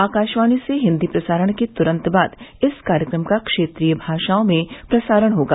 आकाशवाणी से हिंदी प्रसारण के तुरंत बाद इस कार्यक्रम का क्षेत्रीय भाषाओं में प्रसारण होगा